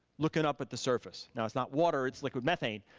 looking up at the surface, now it's not water, it's liquid methane,